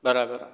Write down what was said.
બરાબર